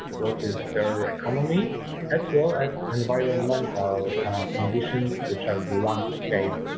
what is their economy as well as environmental conditions such as the landscape